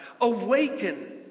Awaken